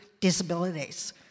disabilities